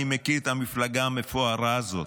אני מכיר את המפלגה המפוארה הזאת,